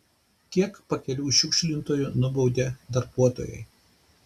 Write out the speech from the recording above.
kiek pakelių šiukšlintojų nubaudė darbuotojai